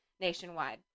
nationwide